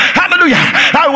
hallelujah